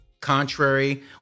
contrary